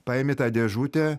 paimi tą dėžutę